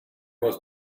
was